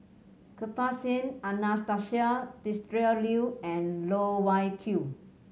Kirpal Singh Anastasia Tjendri Liew and Loh Wai Kiew